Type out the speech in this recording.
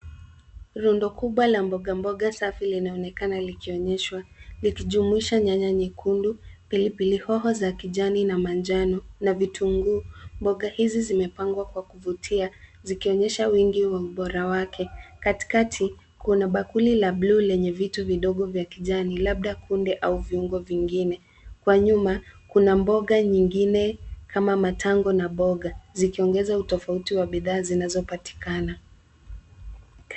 Rundo kubwa la mbogamboga safi linaonekana likionyeshwa, likijumuisha nyanya nyekundu, pilipili hoho za kijani na manjano, na vitunguu. Mboga hizi zimepangwa kwa kuvutia, zikionyesha wingi wa ubora wake. Katikati, kuna bakuli la bluu lenye vitu vidogo vya kijani, labda kunde au viungo vingine. Kwa nyuma, kuna mboga nyingine kama matango na mboga, zikipngeza utofauti wa bidhaa zinazopatikana.